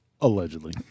allegedly